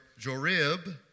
Jorib